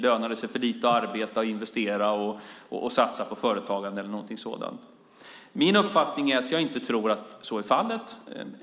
Lönar det sig för lite att arbeta, investera och satsa på företagande eller någonting sådant? Min uppfattning är att så inte är fallet.